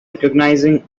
recognizing